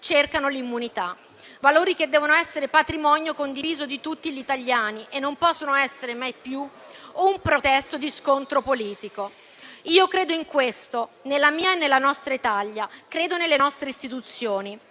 tratta di valori che devono essere patrimonio condiviso di tutti gli italiani e non possono essere mai più un pretesto di scontro politico. Credo in questo, nella mia e nella nostra Italia; credo nelle nostre istituzioni.